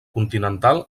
continental